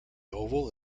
oval